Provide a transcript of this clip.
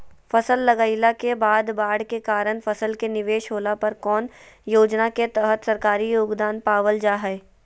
फसल लगाईला के बाद बाढ़ के कारण फसल के निवेस होला पर कौन योजना के तहत सरकारी योगदान पाबल जा हय?